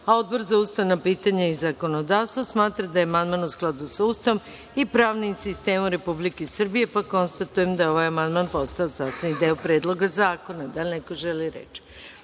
a Odbor za ustavna pitanja i zakonodavstvo smatra da je amandman u skladu sa Ustavom i pravnim sistemom Republike Srbije, pa konstatujem da je ovaj amandman postao sastavni deo Predloga zakona. Da li neko želi reč?